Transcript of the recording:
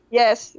yes